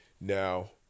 Now